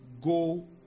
go